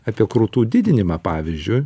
apie krūtų didinimą pavyzdžiui